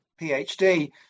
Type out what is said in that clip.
PhD